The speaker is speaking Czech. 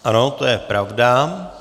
Ano, to je pravda.